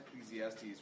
Ecclesiastes